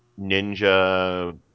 ninja